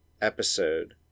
episode